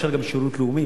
אפשר גם שירות לאומי,